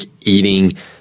eating